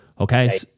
okay